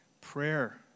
Prayer